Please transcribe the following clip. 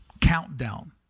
countdown